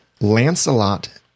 Lancelot